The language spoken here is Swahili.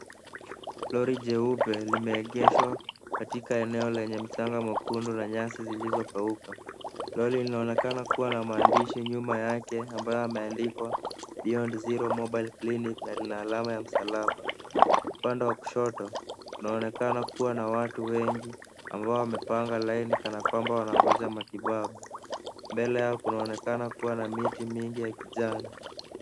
Lori jeupe limeegeshwa katika eneo lenye mchanga mwekundu na nyasi zilizokauka. Lori linaonekana kuwa na maandishi nyuma yake ambayo yameandikwa beyond zero mobile clinic na lina alama ya msalaba. Upande wa kushoto kunaonekana kuwa na watu wengi ambao wamepanga laini kanakwamba wanangoja matibabu. Mbele yao kunaonekana kuwa na miti mingi ya kijani.